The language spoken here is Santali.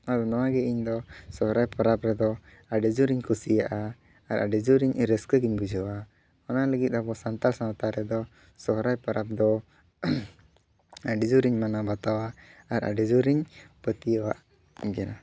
ᱟᱫᱚ ᱱᱚᱣᱟᱜᱮ ᱤᱧ ᱫᱚ ᱥᱚᱦᱨᱟᱭ ᱯᱟᱨᱟᱵᱽ ᱨᱮᱫᱚ ᱟᱰᱤᱡᱳᱨᱤᱧ ᱠᱩᱥᱤᱭᱟᱜᱼᱟ ᱟᱨ ᱟᱹᱰᱤᱡᱳᱨ ᱤᱧ ᱨᱟᱹᱥᱠᱟᱹᱜᱮᱧ ᱵᱩᱡᱷᱟᱹᱣᱟ ᱚᱱᱟ ᱞᱟᱹᱜᱤᱫ ᱟᱵᱚ ᱥᱟᱱᱛᱟᱲ ᱥᱟᱶᱛᱟ ᱨᱮᱫᱚ ᱥᱚᱦᱨᱟᱭ ᱯᱟᱨᱟᱵᱽ ᱫᱚ ᱟᱹᱰᱤᱡᱳᱨᱤᱧ ᱢᱟᱱᱟᱣ ᱵᱟᱛᱟᱣᱟ ᱟᱨ ᱟᱹᱰᱤ ᱡᱳᱨᱤᱧ ᱯᱟᱹᱛᱭᱟᱹᱣᱟᱜ ᱜᱮᱭᱟ